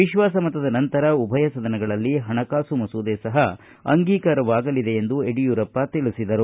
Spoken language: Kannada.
ವಿಶ್ವಾಸ ಮತದ ನಂತರ ಉಭಯ ಸದನಗಳಲ್ಲಿ ಹಣಕಾಸು ಮಸೂದೆ ಸಪ ಅಂಗೀಕಾರವಾಗಲಿದೆ ಎಂದು ಯಡಿಯೂರಪ್ಪ ತಿಳಿಸಿದ್ದಾರೆ